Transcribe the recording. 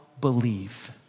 believe